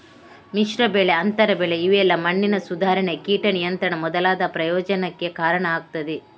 ಮಿಶ್ರ ಬೆಳೆ, ಅಂತರ ಬೆಳೆ ಇವೆಲ್ಲಾ ಮಣ್ಣಿನ ಸುಧಾರಣೆ, ಕೀಟ ನಿಯಂತ್ರಣ ಮೊದಲಾದ ಪ್ರಯೋಜನಕ್ಕೆ ಕಾರಣ ಆಗ್ತದೆ